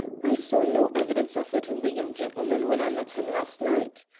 i saw no evidence of it in the young gentleman when i met him last night.